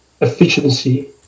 efficiency